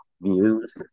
views